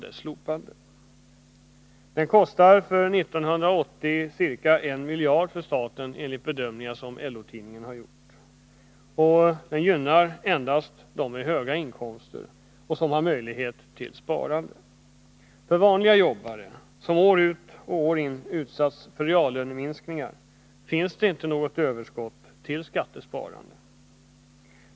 Det kostade 1980 ca 1 miljard för staten, enligt bedömningar som LO-tidningen har gjort, och det gynnar endast människor med höga inkomster som har möjlighet till sparande. För vanliga jobbare, som år ut och år in utsatts för reallöneminskningar, finns det inte något överskott till skattesparande.